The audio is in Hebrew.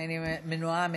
אני מנועה מלדבר.